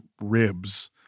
ribs